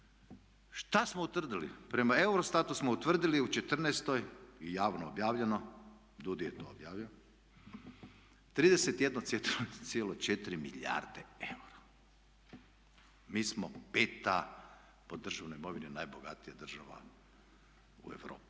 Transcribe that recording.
Šta smo utvrdili? Prema EUROSTAT-u smo utvrdili u četrnaestoj i javno je objavljeno, DUDI je to objavljeno 31,4 milijarde eura. Mi smo peta po državnoj imovini najbogatija država u Europi.